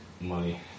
money